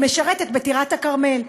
היא משרתת בטירת הכרמל.